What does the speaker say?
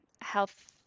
health